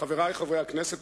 חברי חברי הכנסת,